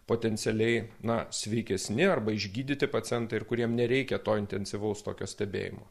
potencialiai na sveikesni arba išgydyti pacientai ir kuriem nereikia to intensyvaus tokio stebėjimo